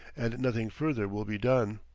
and nothing further will be done.